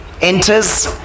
enters